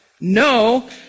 No